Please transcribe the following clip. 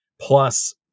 Plus